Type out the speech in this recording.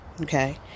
okay